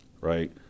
right